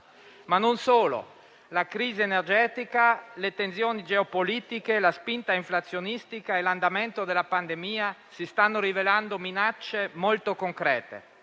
ma non solo. La crisi energetica, le tensioni geopolitiche, la spinta inflazionistica e l'andamento della pandemia si stanno rivelando minacce molto concrete.